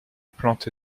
plante